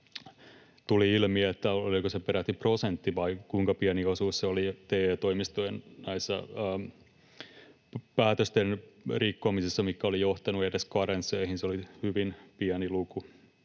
tuli ilmi, että oliko se peräti prosentti vai kuinka pieni osuus, joka oli näissä TE-toimistojen päätösten rikkomisessa johtanut edes karensseihin, niin että se oli hyvin pieni luku.